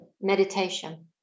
meditation